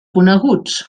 coneguts